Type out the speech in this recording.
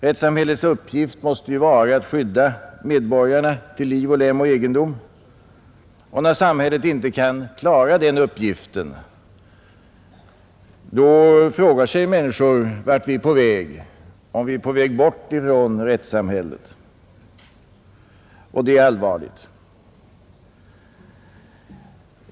Rättssamhällets uppgift måste ju vara att skydda medborgarna till liv och lem och egendom, och när samhället inte kan klara den uppgiften frågar sig människor vart vi är på väg — om vi är på väg bort från rättssamhället. Och det är allvarligt.